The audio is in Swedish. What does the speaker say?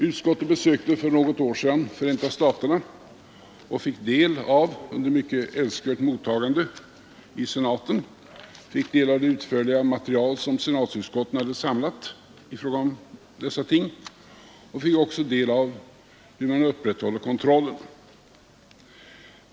Utskottet besökte för något år sedan Förenta staterna och vi fick under mycket älskvärt mottagande i senaten del av det utförliga material som senatsutskotten hade samlat i fråga om dessa ting. Vi fick också del av hur man upprätthåller kontrollen.